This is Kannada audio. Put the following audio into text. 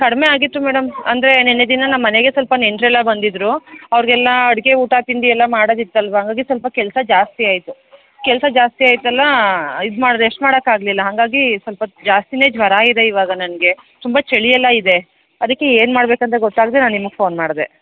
ಕಡಿಮೆ ಆಗಿತ್ತು ಮೇಡಮ್ ಅಂದರೆ ನಿನ್ನೆ ದಿನ ನಮ್ಮ ಮನೆಗೆ ಸ್ವಲ್ಪ ನೆಂಟ್ರು ಎಲ್ಲ ಬಂದಿದ್ದರು ಅವ್ರಿಗೆಲ್ಲ ಅಡುಗೆ ಊಟ ತಿಂಡಿ ಎಲ್ಲ ಮಾಡೋದು ಇತ್ತು ಅಲ್ವಾ ಹಾಗಾಗಿ ಸ್ವಲ್ಪ ಕೆಲಸ ಜಾಸ್ತಿ ಆಯಿತು ಕೆಲಸ ಜಾಸ್ತಿ ಆಯಿತಲ್ಲ ಇದು ಮಾಡಿ ರೆಸ್ಟ್ ಮಾಡಾಕೆ ಆಗಲಿಲ್ಲ ಹಾಗಾಗಿ ಸ್ವಲ್ಪ ಜಾಸ್ತಿನೇ ಜ್ವರ ಇದೆ ಇವಾಗ ನನಗೆ ತುಂಬಾ ಚಳಿ ಎಲ್ಲ ಇದೆ ಅದಕ್ಕೆ ಏನು ಮಾಡಬೇಕು ಅಂತ ಗೊತ್ತಾಗದೇ ನಾನು ನಿಮಗೆ ಫೋನ್ ಮಾಡಿದೆ